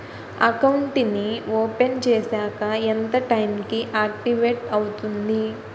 Account నీ open చేశాక ఎంత టైం కి ఆక్టివేట్ అవుతుంది?